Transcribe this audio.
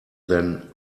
than